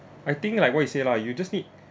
I think like what you say lah you just need